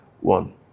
one